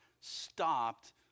stopped